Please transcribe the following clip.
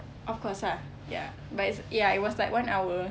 of course lah ya but it's ya it was like one hour